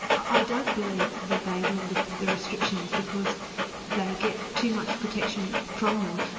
i don't believe that they will lift the restrictions, because they get too much protection from them.